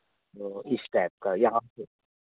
तो इस टाइप का यहाँ से